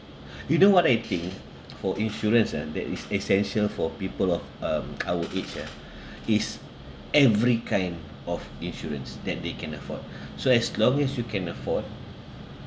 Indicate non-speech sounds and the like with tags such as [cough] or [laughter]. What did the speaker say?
[breath] you know what I think for insurance ah that is essential for people of um our age ah is every kind of insurance that they can afford [breath] so as long as you can afford